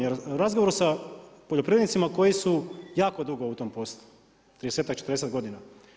Jer u razgovoru sa poljoprivrednicima koji su jako dugo u tom poslu, 30-tak, 40 godina.